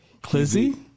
Clizzy